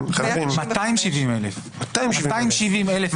270,000 קיבלו.